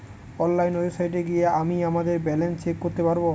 online ওয়েবসাইটে গিয়ে আমিই আমাদের ব্যালান্স চেক করতে পারবো